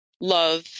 love